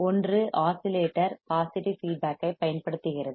ஒன்று oscillator positive feedback ஐப் பயன்படுத்துகிறது